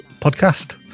podcast